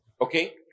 Okay